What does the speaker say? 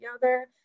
together